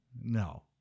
No